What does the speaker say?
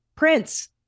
Prince